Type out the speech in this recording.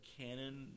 canon